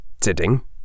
sitting